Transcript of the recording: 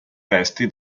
resti